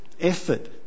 Effort